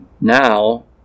Now